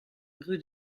rue